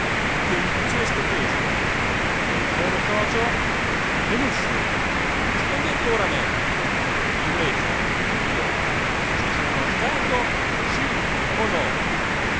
che mi diceste questo non sono socio benissimo rispondete ora a me in grecia io ci sono stato sí o no